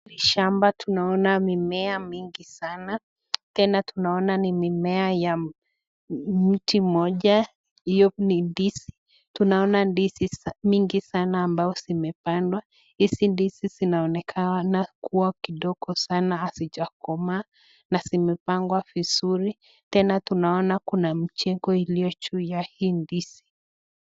Kwa hili shamba tunaona mimea mingi sana tena tunaona ni mimea ya mti mmoja iliyo ni ndizi. Tunaona ndizi mingi sana ambazo zimepandwa hizi ndizi zinaonekana kuwa kidogo sana hazijakomaa na zimepangwa vizuri. Tena tunaona kuna mjengo iliyo juu ya hii ndizi